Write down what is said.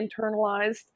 internalized